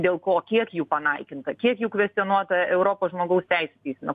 dėl ko kiek jų panaikinta kiek jų kvestionuota europos žmogaus teisių teisme